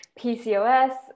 PCOS